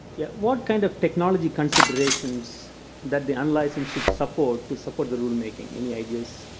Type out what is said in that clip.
yeah what kind of technology considerations that the unlicensed should support to support the rulemaking? any ideas?